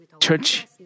church